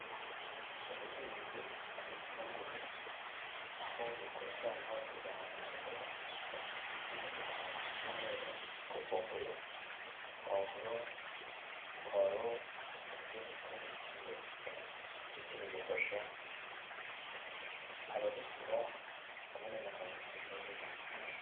Ubuhinzi bw'ibitunguru, aho bikusanywa bikajyanwa ku isoko, iby'umutuku, iby'umweru, kokombure, pavuro, puwaro ndetse n'ibitunguru by'ibibabi, bityo bigafasha ababigura kubona intungamubiri neza zibakwiriye.